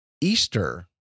Easter